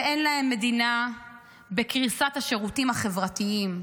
ואין להם מדינה בקריסת השירותים החברתיים.